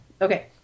Okay